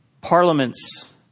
Parliaments